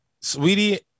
Sweetie